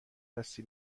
دستی